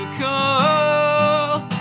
call